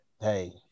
hey